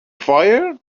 fire